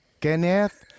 Kenneth